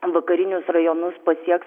vakarinius rajonus pasieks